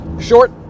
Short